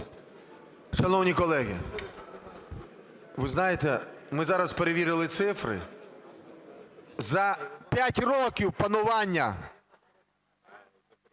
Шановні колеги, ви знаєте, ми зараз перевірили цифри. За 5 років панування